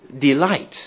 delight